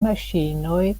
maŝinoj